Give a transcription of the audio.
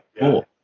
Cool